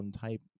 type